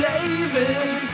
David